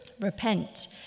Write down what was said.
Repent